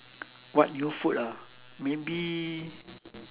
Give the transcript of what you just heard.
what new food ah maybe